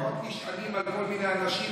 ופחות נשענים על כל מיני אנשים,